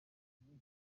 kumwica